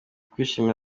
kwishimira